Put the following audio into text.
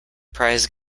prize